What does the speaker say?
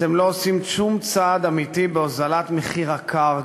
אתם לא עושים שום צעד אמיתי להוזלת הקרקע.